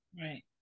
Right